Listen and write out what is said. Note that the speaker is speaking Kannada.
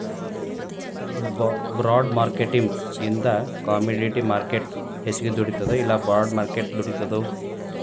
ಬಾಂಡ್ಮಾರ್ಕೆಟಿಂಗಿಂದಾ ಕಾಮೆಡಿಟಿ ಮಾರ್ಕ್ರೆಟ್ ಹೆಚ್ಗಿ ದುಡಿತದೊ ಇಲ್ಲಾ ಬಾಂಡ್ ಮಾರ್ಕೆಟ್ ದುಡಿತದೊ?